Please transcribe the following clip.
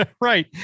Right